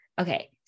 Okay